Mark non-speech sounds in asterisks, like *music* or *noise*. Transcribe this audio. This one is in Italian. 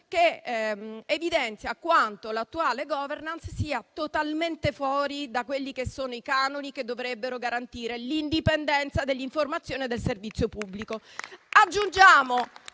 che evidenzia quanto l'attuale *governance* sia totalmente fuori dai canoni che dovrebbero garantire l'indipendenza dell'informazione del servizio pubblico. *applause*